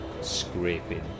scraping